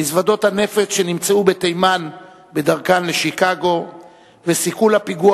מזוודות הנפץ שנמצאו בתימן בדרכן לשיקגו וסיכול הפיגוע